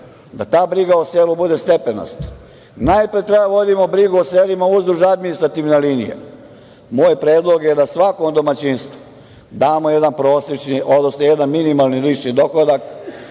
da ta briga o selu bude stepenasta. Najviše treba da vodimo brigu o selima duž administrativne linije. Moj predlog je da svakom domaćinstvu damo jedan minimalni lični dohodak